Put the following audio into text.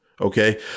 Okay